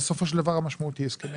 בסופו של דבר המשמעות היא הסכמי שכר.